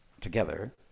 together